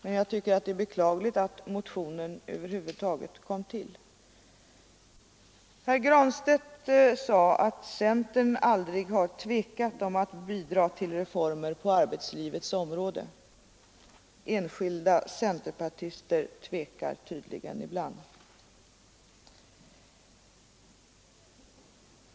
Men det är beklagligt att motionen över huvud taget kom till. Herr Granstedt sade att centern aldrig har tvekat att bidra till reformer på arbetslivets område. Enskilda centerpartister tvekar tydligen ibland.